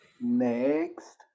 Next